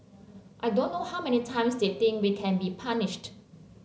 I don't know how many times they think we can be punished